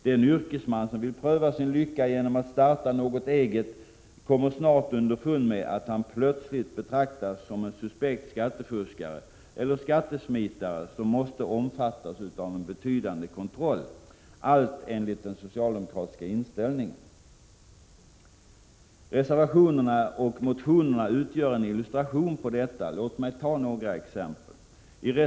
Den yrkesman som vill pröva sin lycka genom att starta något eget kommer snart underfund med att han plötsligt betraktas som en suspekt skattefuskare eller skattesmitare, som måste omfattas utav en betydande kontroll. Allt enligt den socialdemokratiska inställningen. Reservationerna och motionerna utgör en illustration på detta. Låt mig ta några exempel.